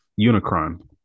Unicron